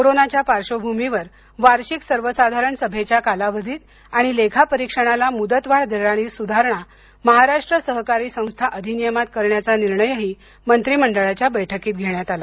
कोरोनाच्या पार्श्वभूमीवर वार्षिक सर्वसाधारण सभेच्या कालावधीस आणि लेखा परीक्षणास मुदतवाढ देणारी सुधारणा महाराष्ट्र सहकारी संस्था अधिनियमात करण्याचा निर्णयही मंत्रिमंडळाच्या बैठकीत झाला